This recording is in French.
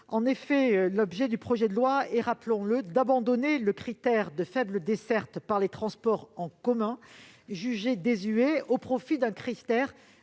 En effet, l'objet du projet de loi est, rappelons-le, d'abandonner le critère de faible desserte par les transports en commun, jugé désuet, au profit d'un critère